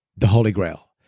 the holy grail.